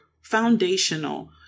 foundational